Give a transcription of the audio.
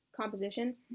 composition